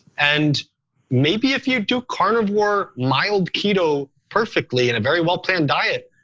and maybe if you do carnivore, mild keto perfectly in a very well planned diet,